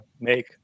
make